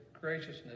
graciousness